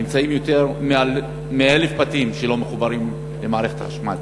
יותר מ-1,000 בתים לא מחוברים למערכת החשמל.